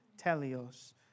telios